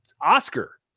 Oscar